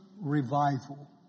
revival